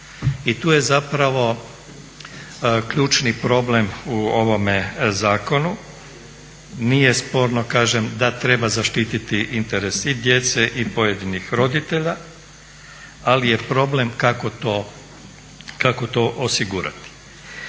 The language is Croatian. I tu je zapravo ključni problem u ovome zakonu. Nije sporno kažem da treba zaštiti interes i djece i pojedinih roditelja ali je problem kako to osigurati.